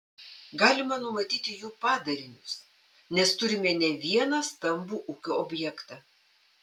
galima numanyti jų padarinius nes turime ne vieną stambų ūkio objektą